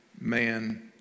man